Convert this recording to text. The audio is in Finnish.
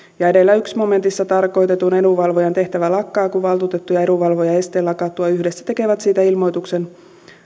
edellä ensimmäisessä momentissa tarkoitetun edunvalvojan tehtävä lakkaa kun valtuutettu ja edunvalvoja esteen lakattua yhdessä tekevät siitä ilmoituksen